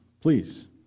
please